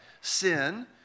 sin